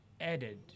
added